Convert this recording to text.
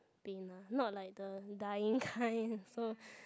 pain lah not like the dying kind so